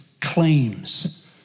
claims